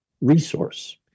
Resource